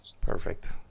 Perfect